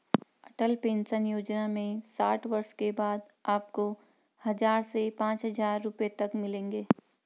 अटल pension योजना में साठ वर्ष के बाद आपको हज़ार से पांच हज़ार रुपए तक मिलेंगे